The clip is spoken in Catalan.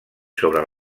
sobre